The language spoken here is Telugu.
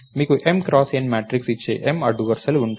మీకు M క్రాస్ N మ్యాట్రిక్స్ ఇచ్చే M అడ్డు వరుసలు ఉంటాయి